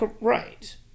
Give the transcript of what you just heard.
Right